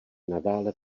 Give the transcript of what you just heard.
nadále